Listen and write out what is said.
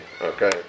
Okay